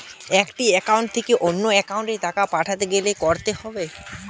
একটি একাউন্ট থেকে অন্য একাউন্টে টাকা পাঠাতে কি করতে হবে?